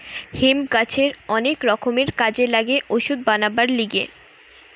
hemp গাছের অনেক রকমের কাজে লাগে ওষুধ বানাবার লিগে